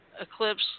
Eclipse